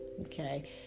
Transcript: Okay